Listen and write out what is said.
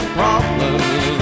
problems